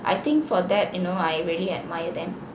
I think for that you know I really admire them